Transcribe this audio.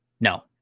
No